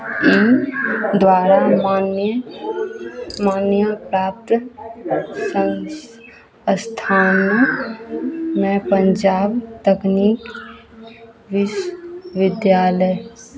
ई द्वारा मान्य मान्य प्राप्त संस्थानमे पंजाब तकनीक विश्व विद्यालय